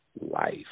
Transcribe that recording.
life